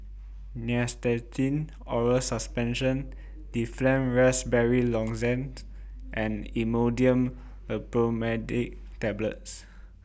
Nystatin Oral Suspension Difflam Raspberry Lozenges and Imodium Loperamide Tablets